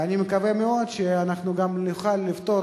ואני מקווה מאוד שאנחנו גם נוכל לפתור